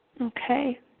okay